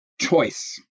choice